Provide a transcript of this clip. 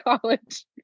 college